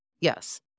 Yes